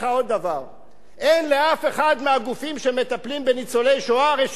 אין לאף אחד מהגופים שמטפלים בניצולי שואה רשימה אחת של ניצולי שואה.